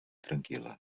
tranquil·la